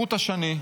כחוט השני,